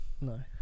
No